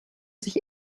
sich